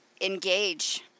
engage